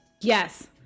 Yes